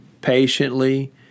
patiently